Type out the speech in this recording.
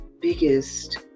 biggest